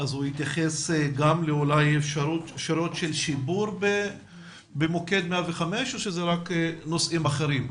הוא יתייחס גם לאפשרות של שיפור במוקד 105 או שאלה רק נושאים אחרים?